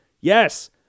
Yes